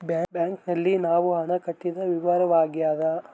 bank ನಲ್ಲಿ ನಾವು ಹಣ ಕಟ್ಟಿದ ವಿವರವಾಗ್ಯಾದ